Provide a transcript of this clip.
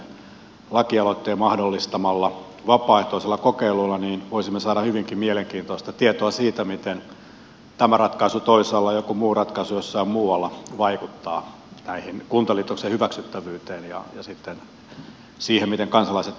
tämäntyyppisen lakialoitteen mahdollistamalla vapaaehtoisella kokeilulla voisimme saada hyvinkin mielenkiintoista tietoa siitä miten tämä ratkaisu toisaalla ja joku muu ratkaisu jossain muualla vaikuttavat näiden kuntaliitosten hyväksyttävyyteen ja sitten siihen miten kansalaiset tähän kaikkeen suhtautuvat